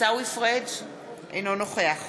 אינו נוכח